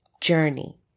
journey